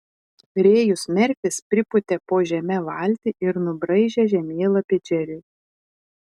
rėjus merfis pripūtė po žeme valtį ir nubraižė žemėlapį džeriui